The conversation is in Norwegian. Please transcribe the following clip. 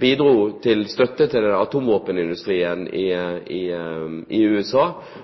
bidro til å støtte atomvåpenindustrien i